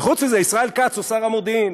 וחוץ מזה, ישראל כץ הוא שר המודיעין.